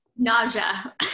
Nausea